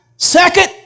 Second